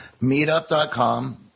Meetup.com